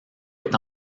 est